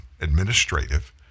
administrative